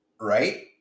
Right